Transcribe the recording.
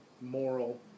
moral